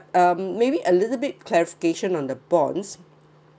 um maybe a little bit clarification on the bonds